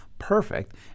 perfect